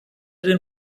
den